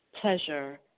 pleasure